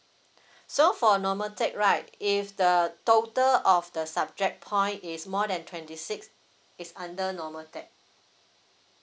so for a normal tech right if the total of the subject point is more than twenty six it's under normal tech